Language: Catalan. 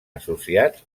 associats